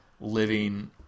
living